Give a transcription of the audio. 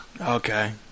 Okay